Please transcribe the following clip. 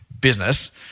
business